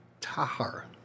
Tahar